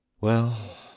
Well